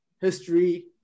history